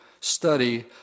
study